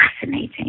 fascinating